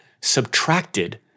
subtracted